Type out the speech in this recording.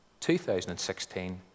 2016